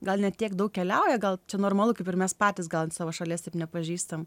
gal ne tiek daug keliauja gal čia normalu kaip ir mes patys gal savo šalies taip nepažįstam